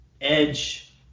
Edge